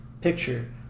picture